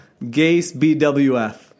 GaseBWF